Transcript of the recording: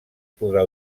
podrà